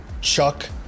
chuck